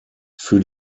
für